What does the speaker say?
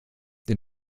dem